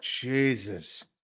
jesus